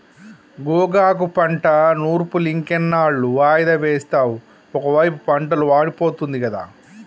గోగాకు పంట నూర్పులింకెన్నాళ్ళు వాయిదా వేస్తావు ఒకైపు పంటలు వాడిపోతుంది గదా